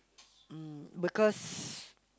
mm because